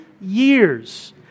years